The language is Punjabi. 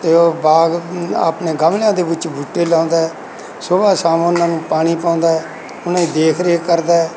ਅਤੇ ਉਹ ਬਾਗ ਆਪਣੇ ਗਮਲਿਆਂ ਦੇ ਵਿੱਚ ਬੂਟੇ ਲਾਉਂਦਾ ਸੁਬਹਾ ਸ਼ਾਮ ਉਹਨਾਂ ਨੂੰ ਪਾਣੀ ਪਾਉਂਦਾ ਉਹਨਾ ਦੀ ਦੇਖ ਰੇਖ ਕਰਦਾ